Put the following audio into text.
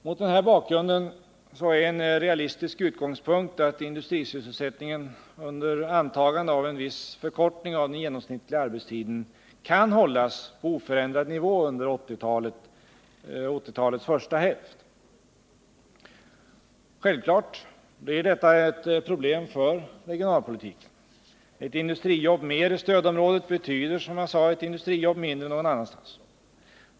Mot den här bakgrunden är en realistisk utgångspunkt att industrisysselsättningen — under antagande av en viss förkortning av den genomsnittliga arbetstiden — kan hållas på oförändrad nivå under 1980-talets första hälft. Självfallet blir detta ett problem för regionalpolitiken. Ett industrijobb mer i stödområdet betyder, som jag sade, ett industrijobb mindre någon annanstans.